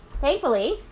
thankfully